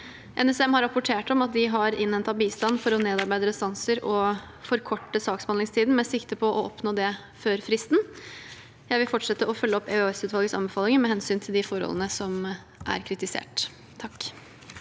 NSM har rapportert at de har innhentet bistand for å nedarbeide restanser og forkorte saksbehandlingstiden, med sikte på å oppnå dette innen fristen. Jeg vil fortsette å følge opp EOS-utvalgets anbefalinger med hensyn til de kritiserte